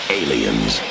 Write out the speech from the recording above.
aliens